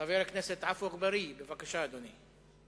חבר הכנסת עפו אגבאריה, בבקשה, אדוני.